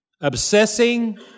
obsessing